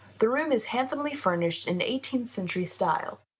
the room is handsomely furnished in eighteenth century style.